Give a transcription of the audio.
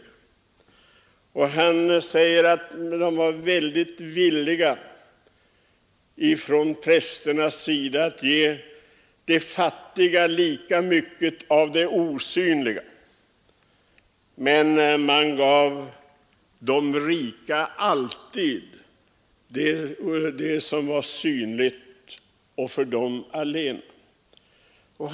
Han säger att prästerna var väldigt villiga att ge de fattiga lika mycket av det osynliga, men att man alltid gav de rika det som var synligt och till för dem allena.